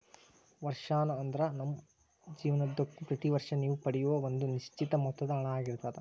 ವರ್ಷಾಶನ ಅಂದ್ರ ನಿಮ್ಮ ಜೇವನದುದ್ದಕ್ಕೂ ಪ್ರತಿ ವರ್ಷ ನೇವು ಪಡೆಯೂ ಒಂದ ನಿಶ್ಚಿತ ಮೊತ್ತದ ಹಣ ಆಗಿರ್ತದ